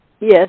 Yes